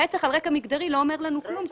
רצח על רקע מגדרי לא אומר לנו כלום,